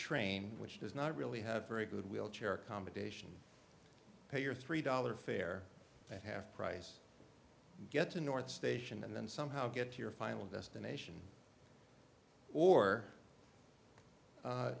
train which does not really have very good wheelchair accommodation pay your three dollar fare at half price get to north station and then somehow get to your final destination or